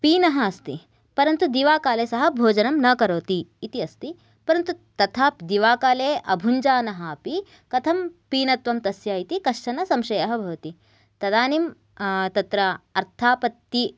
पीनः अस्ति परन्तु दिवाकाले सः भोजनं न करोति इति अस्ति परन्तु तथा दिवाकाले अभुञ्जानः अपि कथं पीनत्वं तस्य इति कश्चन संशयः भवति तदानीं तत्र अर्थापत्तिः